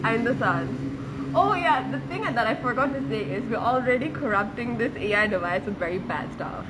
Einthusan oh ya the thing and that I forgot to say is we're already corrupting this A_I device with very bad stuff